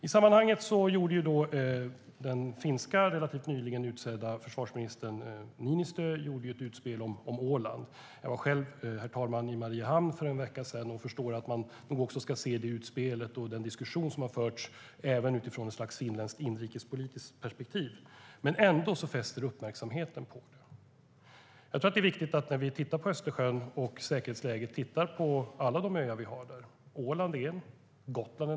I sammanhanget gjorde den finska relativt nyligen utsedda försvarsministern Niinistö ett utspel om Åland. Jag var själv, herr talman, i Mariehamn för en vecka sedan och förstår att man nog också ska se det utspelet och den diskussion som har förts utifrån ett slags finländskt inrikespolitiskt perspektiv, men ändå ska fästa uppmärksamheten på det. När vi tittar på Östersjön och säkerhetsläget tror jag att det är viktigt att vi tittar på alla de öar vi har där.